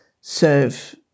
serve